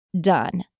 done